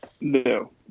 No